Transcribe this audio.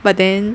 but then